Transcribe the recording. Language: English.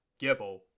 Gibble